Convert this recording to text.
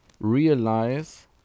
realize